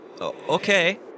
Okay